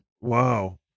wow